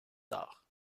tard